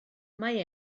mae